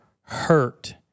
hurt